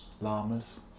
Lamas